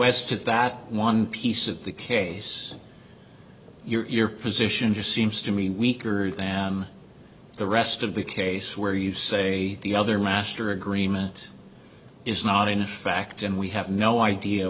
as to that one piece of the case your position just seems to me weaker than the rest of the case where you say the other master agreement is not in fact and we have no idea